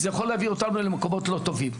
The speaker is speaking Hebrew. זה יכול להביא אותנו למקומות לא טובים,